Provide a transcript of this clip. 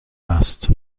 است